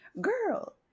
Girl